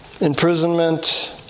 imprisonment